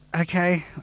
Okay